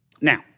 Now